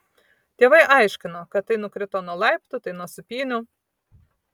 tėvai aiškino kad tai nukrito nuo laiptų tai nuo sūpynių